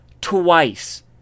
Twice